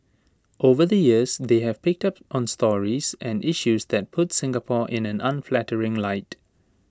over the years they have picked up on stories and issues that puts Singapore in an unflattering light